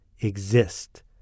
exist